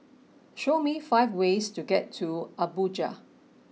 show me five ways to get to Abuja